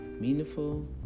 meaningful